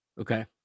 Okay